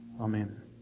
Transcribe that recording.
Amen